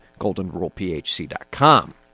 GoldenRulePHC.com